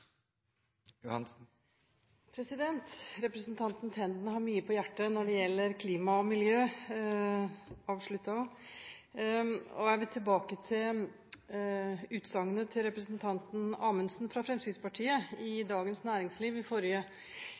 replikkordskifte. Representanten Tenden har mye på hjertet når det gjelder klima og miljø, avsluttet hun med. Jeg vil tilbake til utsagnet til representanten Amundsen fra Fremskrittspartiet i Dagens Næringsliv i forrige